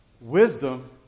Wisdom